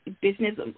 business